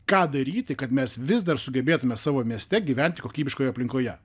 ką daryti kad mes vis dar sugebėtume savo mieste gyventi kokybiškoje aplinkoje